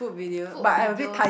food videos